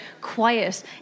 quiet